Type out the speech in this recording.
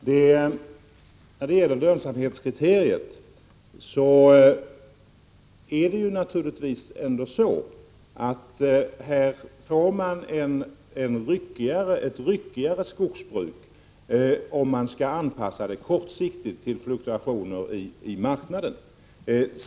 Fru talman! När det gäller lönsamhetskriteriet blir skogsbruket naturligtvis ryckigare om det skall anpassas kortsiktigt till fluktuationer i marknaden.